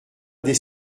des